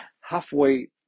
halfway